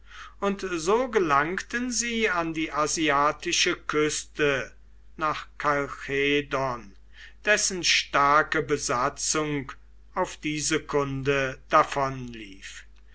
und so gelangten sie an die asiatische küste nach kalchedon dessen starke besatzung auf diese kunde davonlief